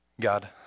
God